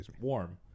warm